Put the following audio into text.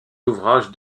ouvrages